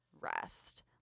rest